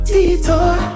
Detour